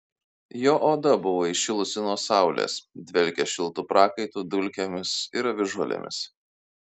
jo oda buvo įšilusi nuo saulės dvelkė šiltu prakaitu dulkėmis ir avižuolėmis